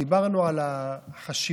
דיברנו על החשיבות